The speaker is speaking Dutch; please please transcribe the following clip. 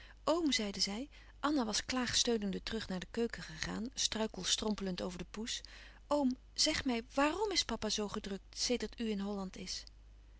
zeide zij anna was klaagsteunende terug naar de keuken gegaan struikelstrompelend over de poes oom zeg mij waarm is papa zoo gedrukt sedert u in holland is